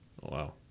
wow